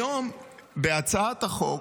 היום בהצעת החוק,